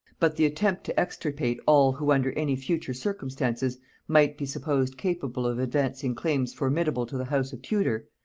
but the attempt to extirpate all who under any future circumstances might be supposed capable of advancing claims formidable to the house of tudor,